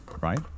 Right